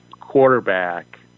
quarterback